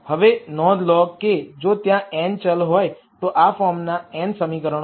હવે નોંધ લો કે જો ત્યાં n ચલ હોય તો આ ફોર્મનાં n સમીકરણો હશે